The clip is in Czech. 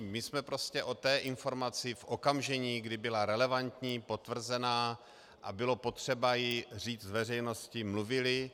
My jsme prostě o té informaci v okamžení, kdy byla relevantní, potvrzená a bylo potřeba ji říct veřejnosti, mluvili.